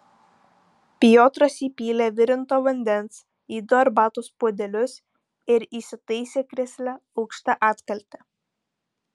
piotras įpylė virinto vandens į du arbatos puodelius ir įsitaisė krėsle aukšta atkalte